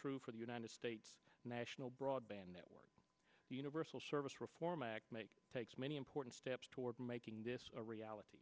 true for the united states national broadband network the universal service reform act make takes many important steps toward making this a reality